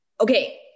okay